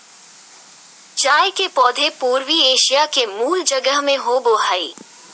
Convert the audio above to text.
चाय के पौधे पूर्वी एशिया के मूल जगह में होबो हइ